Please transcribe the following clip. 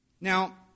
Now